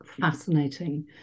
fascinating